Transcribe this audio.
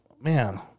man